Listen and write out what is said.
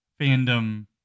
fandom